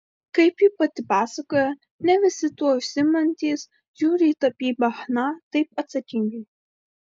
kaip ji pati pasakoja ne visi tuo užsiimantys žiūri į tapybą chna taip atsakingai